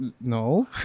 no